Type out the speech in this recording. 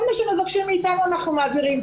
כל מה שמבקשים מאתנו אנחנו מעבירים.